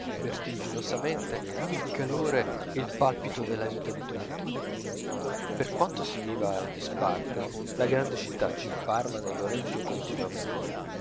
vertiginosamente il calore e il palpito della vita di tutti per quanto si viva in disparte la grande città ci parla nell'orecchio continuamente